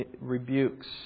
rebukes